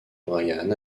bryan